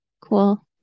cool